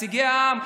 נציגי העם.